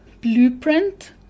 blueprint